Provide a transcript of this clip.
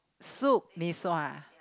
soup mee-sua